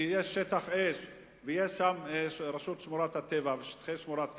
כי יש שטח אש ויש שם רשות שמורות הטבע ושטחי שמורת טבע.